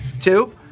two